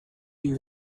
you